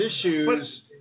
issues